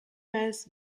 mails